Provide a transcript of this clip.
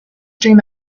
dream